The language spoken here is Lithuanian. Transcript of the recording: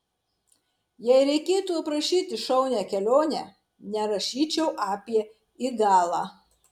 jei reikėtų aprašyti šaunią kelionę nerašyčiau apie igalą